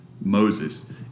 Moses